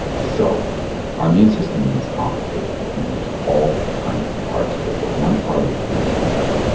so our immune system is complicated and there's all kinds of parts to it, but one part is the lymphocytes.